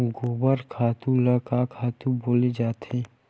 गोबर खातु ल का खातु बोले जाथे?